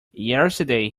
yesterday